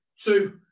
Two